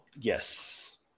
Yes